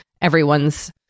everyone's